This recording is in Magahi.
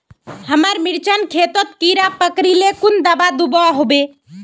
हमार मिर्चन खेतोत कीड़ा पकरिले कुन दाबा दुआहोबे?